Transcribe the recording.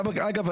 אגב,